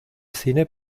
cine